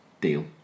Deal